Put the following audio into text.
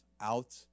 out